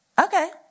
okay